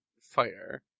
fire